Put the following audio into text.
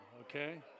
Okay